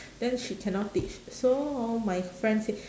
then she cannot teach so hor my friend say